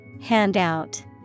Handout